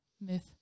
myth